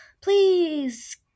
Please